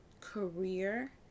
career